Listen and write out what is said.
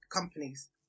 companies